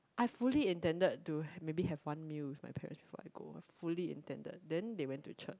I fully intended to maybe have one meal with my parents before I go fully intended then they went to church